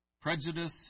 prejudice